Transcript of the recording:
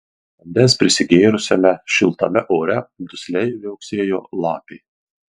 vandens prisigėrusiame šiltame ore dusliai viauksėjo lapė